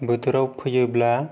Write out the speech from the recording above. बोथोराव फैयोब्ला